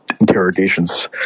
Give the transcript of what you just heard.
interrogations